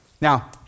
Now